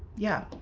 yeah.